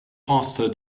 faster